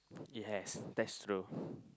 he has that's true